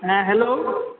হ্যাঁ হ্যালো